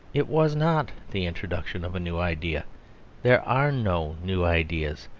it was not the introduction of a new idea there are no new ideas.